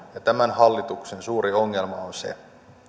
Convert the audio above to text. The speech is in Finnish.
tämän hallituksen suuri ongelma on se että